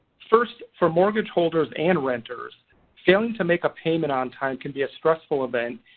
first, for mortgage holders and renters failing to make a payment on time can be a stressful event.